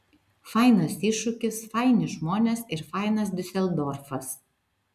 fainas iššūkis faini žmonės ir fainas diuseldorfas